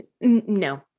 No